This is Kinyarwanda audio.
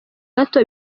gato